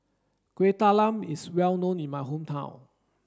Kueh Talam is well known in my hometown